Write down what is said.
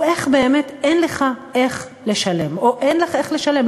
איך באמת אין לךָ איך לשלם או אין לךְ איך לשלם,